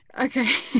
Okay